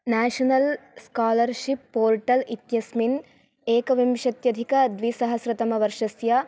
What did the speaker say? national scholarship portal इत्यस्मिन् एकविंशत्यधिकद्विसहस्रतमवर्षस्य